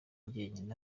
njyenyine